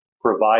provide